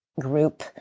group